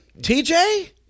TJ